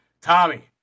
Tommy